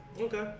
Okay